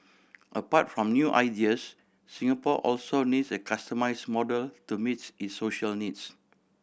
apart from new ideas Singapore also needs a customise model to meets its social needs